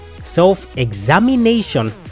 self-examination